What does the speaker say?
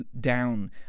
down